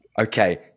Okay